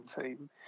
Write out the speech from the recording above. team